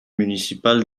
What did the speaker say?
municipal